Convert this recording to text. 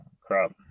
crap